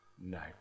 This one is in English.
No